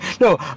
No